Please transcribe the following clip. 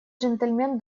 джентльмен